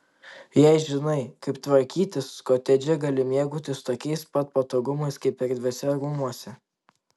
jei žinai kaip tvarkytis kotedže gali mėgautis tokiais pat patogumais kaip erdviuose rūmuose